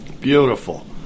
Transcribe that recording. Beautiful